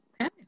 Okay